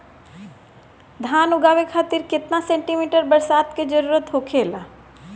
धान उगावे खातिर केतना सेंटीमीटर बरसात के जरूरत होखेला?